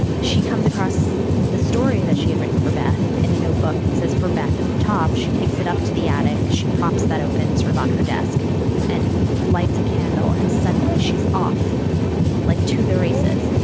she comes across the story that she had written for beth in a notebook, says for beth at the top. she takes it up to the attic. she props that open sort of on her desk and lights a candle. and suddenly she's off like to the races,